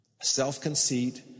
Self-conceit